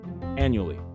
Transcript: annually